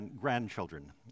grandchildren